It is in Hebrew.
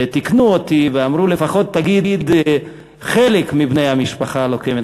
ותיקנו אותי ואמרו: לפחות תגיד חלק מבני המשפחה הלוחמת.